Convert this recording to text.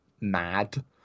mad